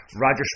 Roger